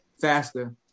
faster